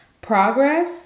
Progress